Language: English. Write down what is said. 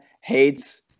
hates